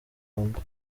rwanda